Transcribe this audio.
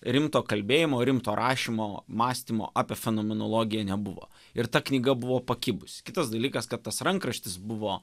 rimto kalbėjimo rimto rašymo mąstymo apie fenomenologiją nebuvo ir ta knyga buvo pakibusi kitas dalykas kad tas rankraštis buvo